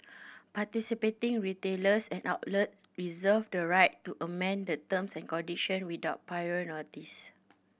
participating retailers and outlet reserve the right to amend the terms and condition without prior notice